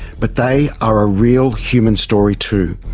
but they are a real human story too.